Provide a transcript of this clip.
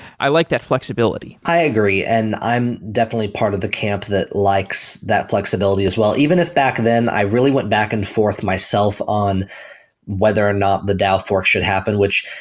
i like that flexibility. i agree and i'm definitely a part of the camp that likes that flexibility as well, even if back then i really went back-and-forth myself on whether or not the dao folk should happen, which,